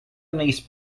niece